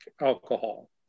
alcohol